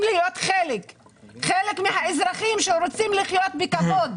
להיות חלק מהאזרחים שרוצים לחיות בכבוד.